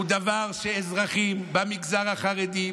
הוא דבר שאזרחים במגזר החרדי,